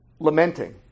lamenting